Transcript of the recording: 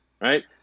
right